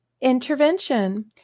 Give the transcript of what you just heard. Intervention